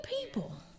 people